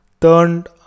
turned